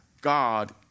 God